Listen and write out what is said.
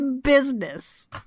business